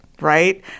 right